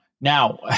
Now